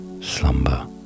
slumber